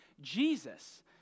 Jesus